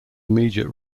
immediate